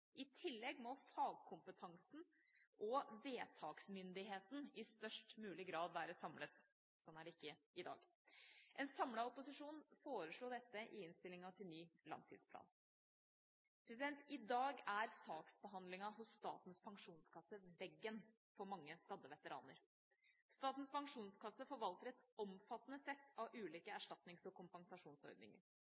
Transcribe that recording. I tillegg må fagkompetansen og vedtaksmyndigheten i størst mulig grad være samlet. Sånn er det ikke i dag. En samlet opposisjon foreslo dette i innstillinga til ny langtidsplan. I dag er saksbehandlinga hos Statens Pensjonskasse veggen for mange skadde veteraner. Statens Pensjonskasse forvalter et omfattende sett av ulike erstatnings- og kompensasjonsordninger.